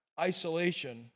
isolation